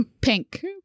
Pink